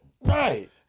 Right